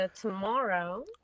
Tomorrow